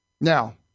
Now